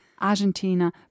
Argentina